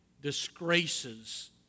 disgraces